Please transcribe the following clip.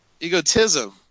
Egotism